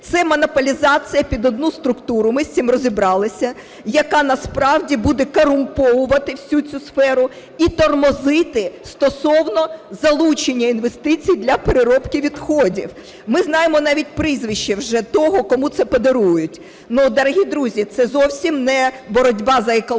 Це – монополізація під одну структуру, ми з цим розібралися, яка насправді буде корумповувати всю сферу і тормозити стосовно залучення інвестицій для переробки відходів. Ми знаємо навіть прізвище вже того, кому це подарують. Ну, дорогі друзі, це зовсім не боротьба за екологію,